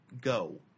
Go